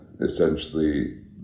essentially